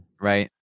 right